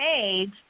age